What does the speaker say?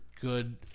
good